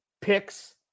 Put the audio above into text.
picks